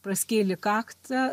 praskėlė kaktą